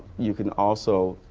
you can also,